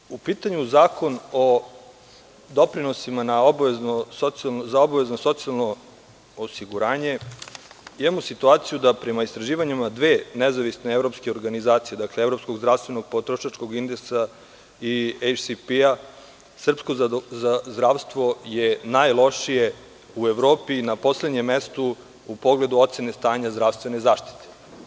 Kada je u pitanju Zakon o doprinosima za obavezno socijalno osiguranje, imamo informaciju da prema istraživanjima dve nezavisne evropske organizacije – Evropskog zdravstvenog potrošačkog indeksa i AISP-a, srpsko zdravstvo je najlošije u Evropi, na poslednjem mestu u pogledu ocene stanja zdravstvene zaštite.